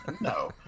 No